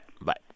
Bye